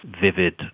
vivid